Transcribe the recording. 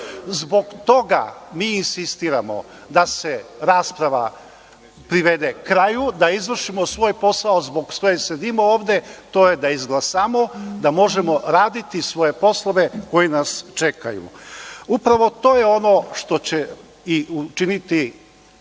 Zbog toga mi insistiramo da se rasprava privede kraju, da izvršimo svoj posao zbog kojeg sedimo ovde, a to je da izglasamo, da možemo raditi svoje poslove koji nas čekaju. Upravo to je ono što će učiniti